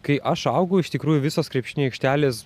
kai aš augau iš tikrųjų visos krepšinio aikštelės